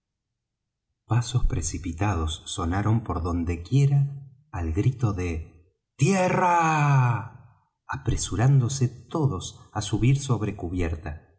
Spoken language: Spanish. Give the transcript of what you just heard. pasos precipitados sonaron por donde quiera al grito de tierra apresurándose todos á subir sobre cubierta